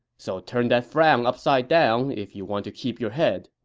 so turn that frown upside down if you want to keep your head